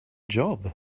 job